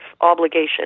obligation